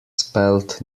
spelt